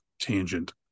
tangent